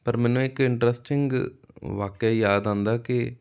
ਪਰ ਮੈਨੂੰ ਇੱਕ ਇੰਟਰਸਟਿੰਗ ਵਾਕਿਆ ਯਾਦ ਆਉਂਦਾ ਕਿ